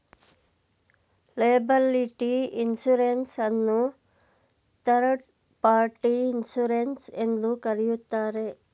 liability insurance ಅನ್ನು third party insurance ಎಂದು ಕರೆಯುತ್ತಾರೆ